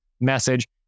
message